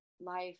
life